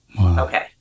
Okay